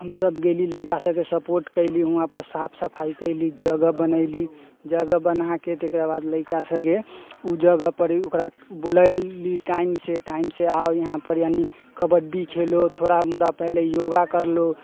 हमसब गेली लड़िका सबके सपोर्ट कयली हुआँपर साफ सफाइ कयली जगह बनेली जगह बनाके तकरा बाद लड़िका सबके उ जगहपर ही ओकरा बुलैली टाइमसँ टाइमसँ आउ यहाँपर यानि कबड्डी खेलो थोड़ा मोड़ा पहिले योगा कर लो